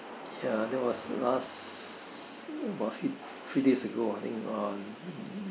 ya that was last about few days ago I think on